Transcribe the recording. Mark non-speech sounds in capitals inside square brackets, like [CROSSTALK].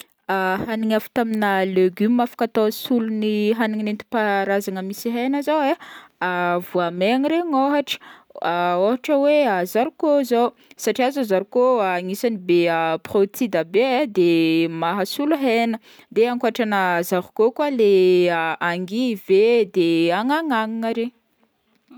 [HESITATION] Hagnigna avy tamina legume afaka atao sologn'ny hagniny nenti-paharazana misy hena zao e, [HESITATION] voamaigny regny ôhatra, [HESITATION] ôhatra hoe zarikô zao, satria zao zarikô agnisan'ny be protide be de mahasolo hegna de ankotrana zarikô koa leha [HESITATION] angivy e de [HESITATION] agnagnagnana regny.